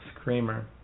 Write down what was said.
Screamer